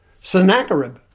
Sennacherib